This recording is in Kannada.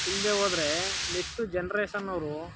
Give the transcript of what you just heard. ಇಲ್ಲದೇ ಹೋದ್ರೆ ನೆಕ್ಸ್ಟು ಜನ್ರೇಷನ್ನವರು